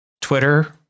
twitter